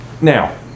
Now